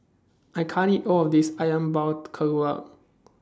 I can't eat All of This Ayam Buah Keluak